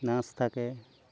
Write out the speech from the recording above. nurse থাকে